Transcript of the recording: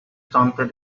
taunted